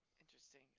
Interesting